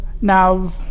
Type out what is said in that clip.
now